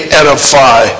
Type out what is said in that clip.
edify